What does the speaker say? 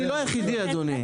אני לא היחידי אדוני.